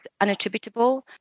unattributable